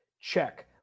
Check